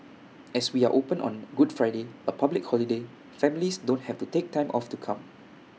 as we are open on good Friday A public holiday families don't have to take time off to come